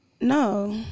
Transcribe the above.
No